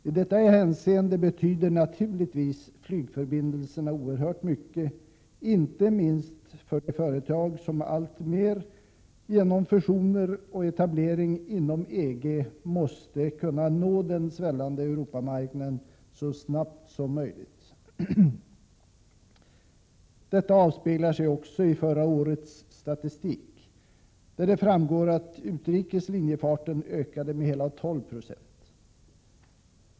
I detta hänseende betyder naturligtvis flygförbindelserna oerhört mycket, inte minst för de företag som alltmer genom fusioner och etablering inom EG måste kunna nå den svällande Europamarknaden så snabbt som möjligt. Detta avspeglar sig ju också i förra årets statistik, av vilken det framgår att den utrikes linjefarten ökade med hela 12 96.